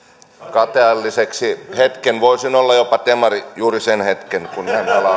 kateelliseksi hetken voisin olla jopa demari juuri sen hetken kun